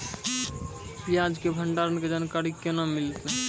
प्याज के भंडारण के जानकारी केना मिलतै?